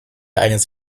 eines